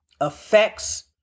affects